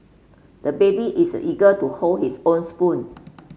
the baby is eager to hold his own spoon